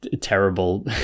terrible